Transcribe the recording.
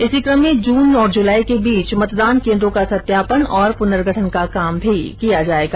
इसी क्रम में जून जुलाई के बीच मतदान केंद्रों का सत्यापन और पुनर्गठन का काम भी किया जाएगा